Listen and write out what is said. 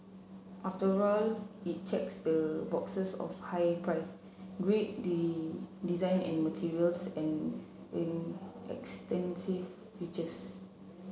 after all it checks the boxes of high price great the design and materials and in extensive features